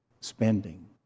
spending